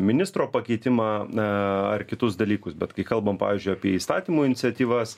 ministro pakeitimą na ar kitus dalykus bet kai kalbam pavyzdžiui apie įstatymų iniciatyvas